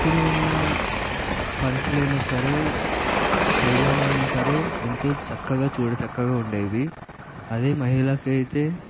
ఒకప్పుడు ఉన్న పంచెలు అయినా సరే పైజామా అనే సరే ఎంతో చక్కగా చూడ చక్కగా ఉండేవి అదే మహిళకి అయితే